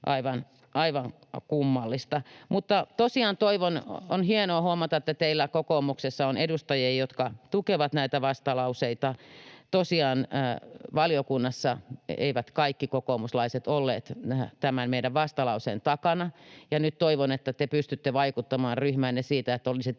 aivan kummallista. Tosiaan on hienoa huomata, että teillä kokoomuksessa on edustajia, jotka tukevat näitä vastalauseita. Valiokunnassa eivät kaikki kokoomuslaiset tosiaan olleet tämän meidän vastalauseemme takana, ja nyt toivon, että te pystytte vaikuttamaan ryhmäänne siinä, että olisitte